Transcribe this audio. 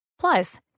Plus